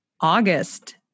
August